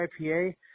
IPA